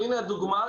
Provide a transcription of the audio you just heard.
הינה הדוגמה.